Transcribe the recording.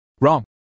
Wrong